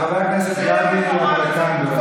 חבר הכנסת גדי יברקן, בבקשה.